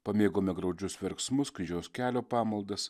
pamėgome graudžius verksmus kryžiaus kelio pamaldas